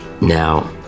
Now